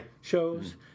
shows